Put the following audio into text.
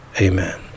amen